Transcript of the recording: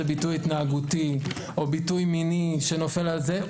ביטוי התנהגותי או ביטי מיני שנופל על זה,